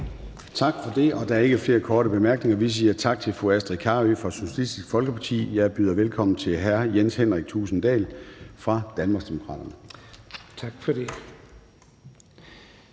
Tak for det. Der er ikke flere korte bemærkninger, så vi siger tak til fru Astrid Carøe fra Socialistisk Folkeparti. Jeg byder velkommen til hr. Jens Henrik Thulesen Dahl fra Danmarksdemokraterne. Kl.